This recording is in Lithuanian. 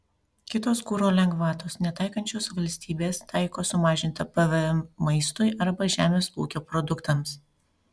kitos kuro lengvatos netaikančios valstybės taiko sumažintą pvm maistui arba žemės ūkio produktams